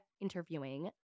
interviewing